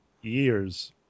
years